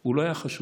הוא לא היה חשוד.